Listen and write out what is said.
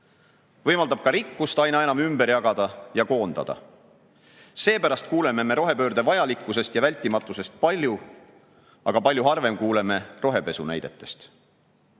võimaldab ka rikkust aina enam ümber jagada ja koondada. Seepärast kuuleme rohepöörde vajalikkusest ja vältimatusest palju, aga palju harvem kuuleme rohepesu näidetest.